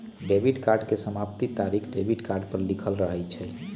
debit card के समाप्ति तारिख डेबिट कार्ड पर लिखल रहइ छै